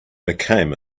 became